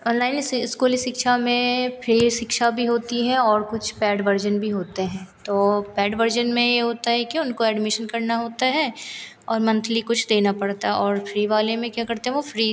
online इस स्कूली शिक्षा में फ्री शिक्षा भी होती है और कुछ पैड वर्जन भी होते हैं तो पैड वर्जन में यह होता है कि उनको एडमीशन करना होता है और मंथली कुछ देना पड़ता है और फ़्री वाले में क्या करते वे फ़्री